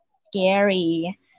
scary